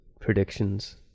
predictions